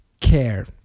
care